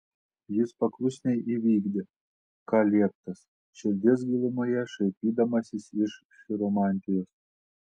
jis paklusniai įvykdė ką lieptas širdies gilumoje šaipydamasis iš chiromantijos